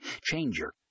Changer